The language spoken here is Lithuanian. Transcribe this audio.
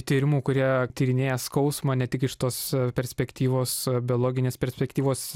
tyrimų kurie tyrinėja skausmą ne tik iš tos perspektyvos biologinės perspektyvos